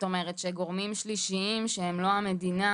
כלומר למנוע מצב שגורמים שלישיים שהם לא המדינה